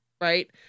Right